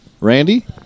Randy